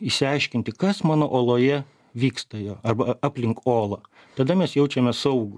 išsiaiškinti kas mano oloje vyksta jo arba aplink olą tada mes jaučiamės saugūs